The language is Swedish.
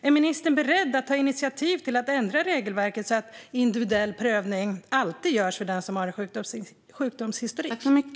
Är ministern beredd att ta initiativ till att ändra regelverket så att individuell prövning alltid görs för den som har en sjukdomshistorik?